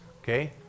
okay